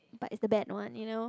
but it's the bad one you know